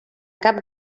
cap